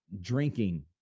drinking